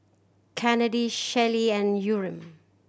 Kennedy Shelli and Yurem